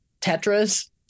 tetras